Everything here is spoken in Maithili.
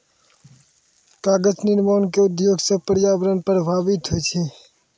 कागज निर्माण क उद्योग सँ पर्यावरण प्रभावित होय छै